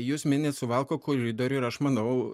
jūs minit suvalkų koridorių ir aš manau